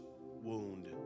wound